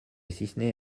cisne